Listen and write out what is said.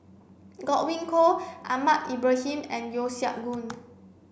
Godwin Koay Ahmad Ibrahim and Yeo Siak Goon